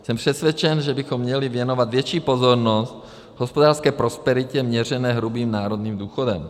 Jsem přesvědčen, že bychom měli věnovat větší pozornost hospodářské prosperitě měřené hrubým národním důchodem.